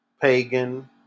Pagan